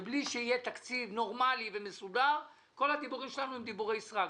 בלי שיהיה תקציב נורמלי ומסודר כל הדיבורים שלנו הם דיבורי סרק.